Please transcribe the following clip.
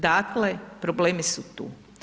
Dakle, problemi su tu.